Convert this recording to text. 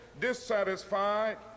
dissatisfied